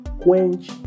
quench